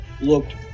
looked